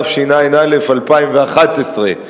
התשע"א 2011,